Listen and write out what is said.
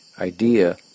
idea